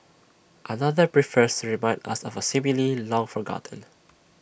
another prefers remind us of A simile long forgotten